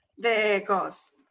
the ghost.